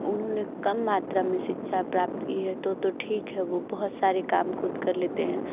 उन्होंने कम मात्रा में शिक्षा प्राप्त की है तो तो ठीक है वो बहुत सारे काम खुद कर लेते हैं